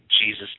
Jesus